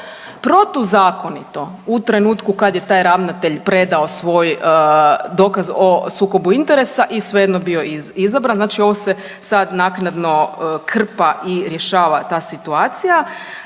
protuzakonito u trenutku kad je taj ravnatelj predao svoj dokaz o sukobu interesa i svejedno bio izabran. Znači ovo se sad naknadno krpa i rješava ta situacija.